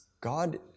God